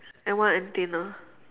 and one antenna